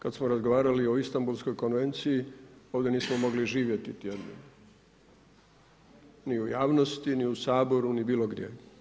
Kad smo razgovarali o Istanbulskoj konvenciji, ovdje nismo mogli živjeti, ni u javnosti, ni u Saboru, ni bilo gdje.